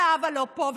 זהבה לא פה,